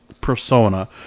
persona